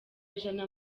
ijana